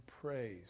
praise